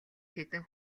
хэдэн